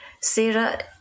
Sarah